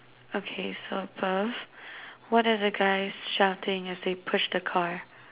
okay so above what are the guys shouting as they push the car